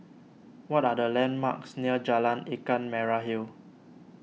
what are the landmarks near Jalan Ikan Merah Hill